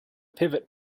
pivot